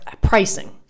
pricing